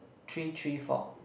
three three four